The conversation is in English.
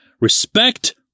Respect